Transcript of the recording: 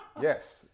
Yes